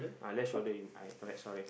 ah left shoulder you mean uh I correct sorry